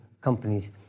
companies